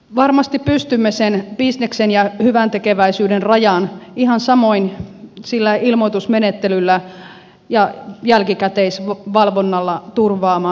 varmasti pystymme sen bisneksen ja hyväntekeväisyyden rajan ihan samoin sillä ilmoitusmenettelyllä ja jälkikäteisvalvonnalla turvaamaan